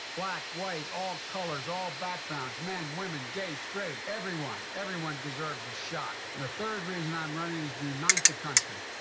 black, white, all colors, all backgrounds men, women, gay, straight. everyone, everyone deserves a shot. and the third reason i'm running is to unite the country.